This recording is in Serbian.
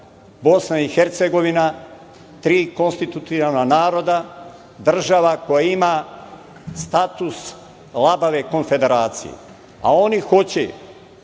Bosna i Hercegovina, tri konstitutivna naroda, država koja ima status labave konfederacije, a oni hoće